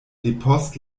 depost